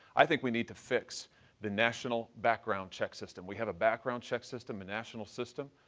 i think we need to fix the national background check system. we have a background check system, a national system,